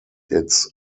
its